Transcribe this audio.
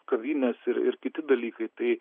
kavinės ir ir kiti dalykai tai